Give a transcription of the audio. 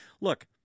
Look